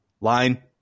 line